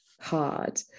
hard